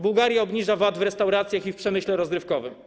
Bułgaria obniża VAT w restauracjach i w przemyśle rozrywkowym.